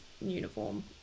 uniform